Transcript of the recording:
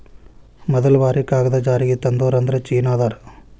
ಮದಲ ಬಾರಿ ಕಾಗದಾ ಜಾರಿಗೆ ತಂದೋರ ಅಂದ್ರ ಚೇನಾದಾರ